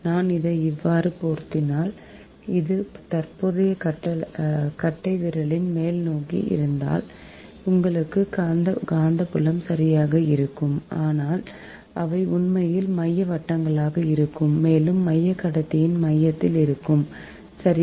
நான் இதை இவ்வாறு போர்த்தினால் இது தற்போதைய கட்டைவிரலின் மேல்நோக்கி இருந்தால் உங்களுக்கு காந்தப்புலம் சரியாக இருக்கும் ஆனால் அவை உண்மையில் மைய வட்டங்களாக இருக்கும் மேலும் மையம் கடத்தியின் மையத்தில் இருக்கும் சரி